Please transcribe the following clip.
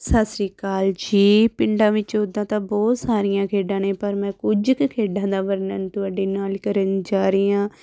ਸਤਿ ਸ਼੍ਰੀ ਅਕਾਲ ਜੀ ਪਿੰਡਾਂ ਵਿੱਚ ਉੱਦਾਂ ਤਾਂ ਬਹੁਤ ਸਾਰੀਆਂ ਖੇਡਾਂ ਨੇ ਪਰ ਮੈਂ ਕੁਝ ਕੁ ਖੇਡਾਂ ਦਾ ਵਰਣਨ ਤੁਹਾਡੇ ਨਾਲ ਕਰਨ ਜਾ ਰਹੀ ਹਾਂ